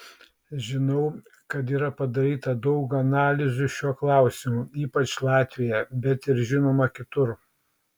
žinau kad yra padaryta daug analizių šiuo klausimu ypač latvijoje bet ir žinoma kitur